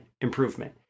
improvement